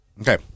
Okay